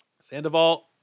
Sandoval